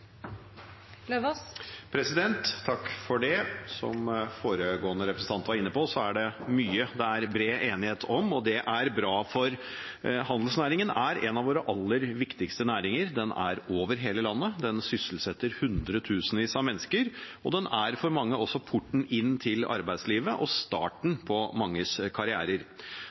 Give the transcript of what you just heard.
det mye det er bred enighet om. Det er bra, for handelsnæringen er en av våre aller viktigste næringer. Den er over hele landet, den sysselsetter hundretusenvis av mennesker, og den er for mange også porten inn til arbeidslivet og starten på manges karrierer.